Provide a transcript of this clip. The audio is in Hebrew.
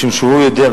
משום שהוא יודע,